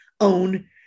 own